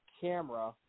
camera